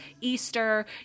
Easter